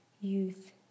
youth